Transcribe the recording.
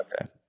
Okay